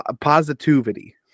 Positivity